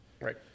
Right